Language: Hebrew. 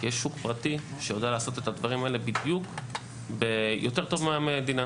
יש שוק פרטי שיודע לעשות את הדברים האלה יותר טוב מהמדינה.